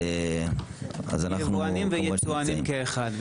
ייבואנים וייצואנים כאחד.